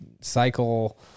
cycle